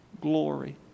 glory